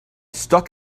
stuck